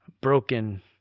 Broken